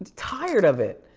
tired of it.